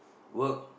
work